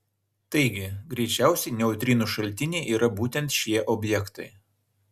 taigi greičiausiai neutrinų šaltiniai yra būtent šie objektai